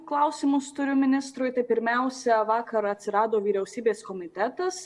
klausimus turiu ministrui tai pirmiausia vakar atsirado vyriausybės komitetas